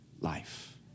life